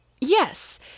yes